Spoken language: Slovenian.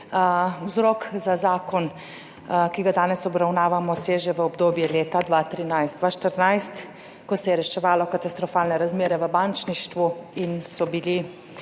Vzrok za zakon, ki ga danes obravnavamo, seže v obdobje leta 2013 in leta 2014, ko se je reševalo katastrofalne razmere v bančništvu in je bila